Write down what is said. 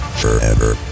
forever